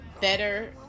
better